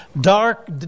dark